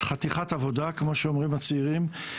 "חתיכת עבודה", כמו שאומרים הצעירים.